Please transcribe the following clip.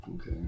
Okay